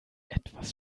etwas